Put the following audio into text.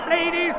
ladies